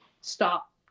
stop